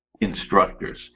instructors